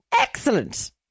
Excellent